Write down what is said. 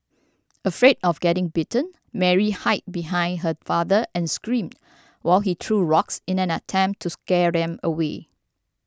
afraid of getting bitten Mary hid behind her father and screamed while he threw rocks in an attempt to scare them away